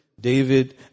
David